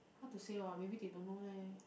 hard to say what maybe they don't know leh